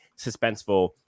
suspenseful